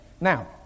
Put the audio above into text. Now